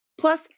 Plus